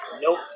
nope